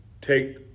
take